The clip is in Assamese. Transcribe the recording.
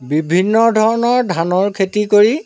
বিভিন্ন ধৰণৰ ধানৰ খেতি কৰি